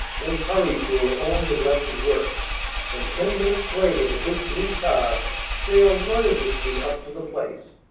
then hurried to her own neglected work and ten minutes later the big blue car sailed noiselessly up to the place.